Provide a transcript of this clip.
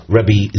Rabbi